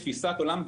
כתפיסת עולם,